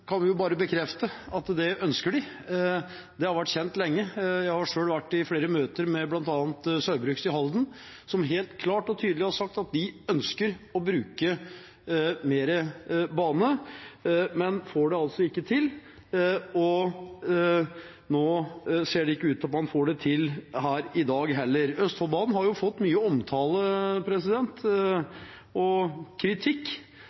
kan vi bekrefte at de ønsker. Det har vært kjent lenge. Jeg har selv vært i flere møter med bl.a. Saugbrugs i Halden, som helt klart og tydelig har sagt at de ønsker å bruke mer bane, men de får det altså ikke til. Og nå ser det ikke ut til at man får det til her i dag heller. Østfoldbanen har fått mye omtale og kritikk.